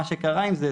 מה שקרה עם זה,